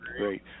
great